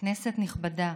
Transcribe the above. כנסת נכבדה,